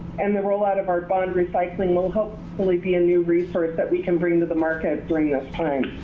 and the rollout of our bond recycling will hopefully be a new research that we can bring to the market during this time.